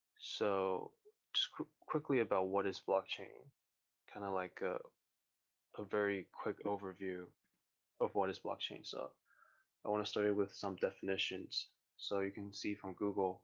so just quickly about what is blockchain. kind of like a ah very quick overview of what is blockchain. so i want to start with some definitions so you can see from google